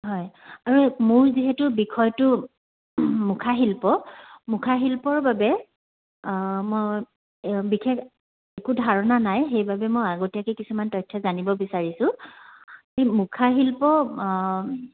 হয় আৰু মোৰ যিহেতু বিষয়টো মুখাশিল্প মুখাশিল্পৰ বাবে মই বিশেষ একো ধাৰণা নাই সেইবাবে মই আগতীয়াকে কিছুমান তথ্য জানিব বিচাৰিছোঁ এই মুখাশিল্প